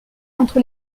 entre